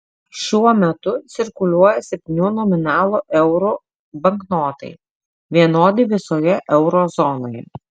šiuo metu cirkuliuoja septynių nominalų eurų banknotai vienodi visoje euro zonoje